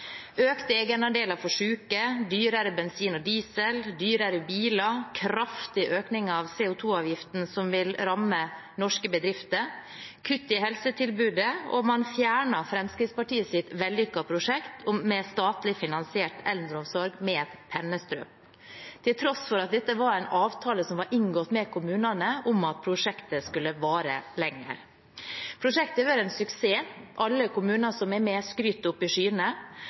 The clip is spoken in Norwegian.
økte egenandeler for syke, dyrere bensin og diesel, dyrere biler, kraftig økning av CO 2 -avgiften, som vil ramme norske bedrifter, og kutt i helsetilbudet. Man fjerner Fremskrittspartiets vellykkede prosjekt med statlig finansiert eldreomsorg med et pennestrøk, til tross for at det var inngått avtale med kommunene om at prosjektet skulle vare lenger. Prosjektet har vært en suksess. Alle kommuner som er med, skryter det opp i skyene.